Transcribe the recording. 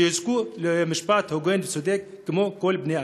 ושיזכו למשפט הוגן וצודק כמו כל בני-האדם.